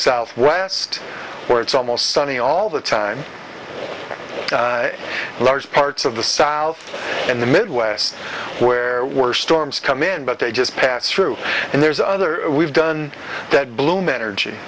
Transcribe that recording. southwest where it's almost sunny all the time large parts of the south and the midwest where worst storms come in but they just pass through and there's another we've done that bloom energy